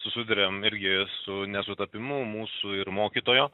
susiduriam irgi su nesutapimu mūsų ir mokytojo